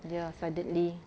ya suddenly